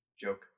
joke